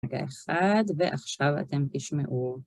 רגע אחד, ועכשיו אתם ישמעו.